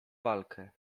walkę